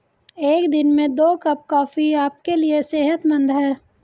एक दिन में दो कप कॉफी आपके लिए सेहतमंद है